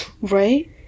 right